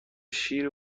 شیر